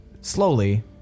slowly